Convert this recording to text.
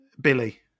Billy